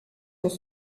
dans